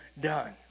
done